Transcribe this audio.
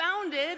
founded